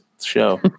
show